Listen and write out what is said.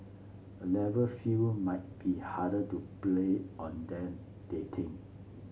A Level field might be harder to play on than they think